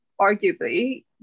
arguably